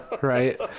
right